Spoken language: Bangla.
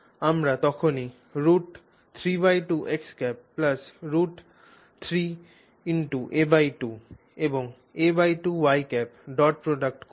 আমরা তখন √32√3a2 এবং a2 ডট প্রোডাক্ট করব̂